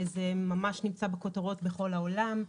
זה נמצא בכותרות בכל העולם,